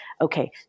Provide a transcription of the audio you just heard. okay